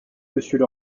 monsieur